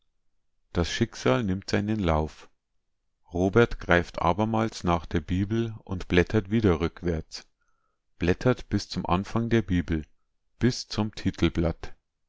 das schicksal nimmt seinen lauf robert greift abermals nach der bibel und blättert wieder rückwärts blättert bis zum anfang der bibel bis zum titelblatt